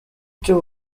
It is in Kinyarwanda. cy’u